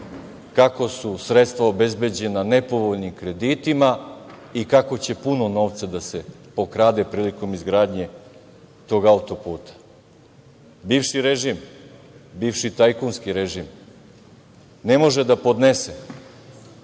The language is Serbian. kako su sredstva obezbeđena nepovoljnim kreditima i kako će puno novca da se pokrade prilikom izgradnje tog autoputa. Bivši režim, bivši tajkunski režim ne može da podnese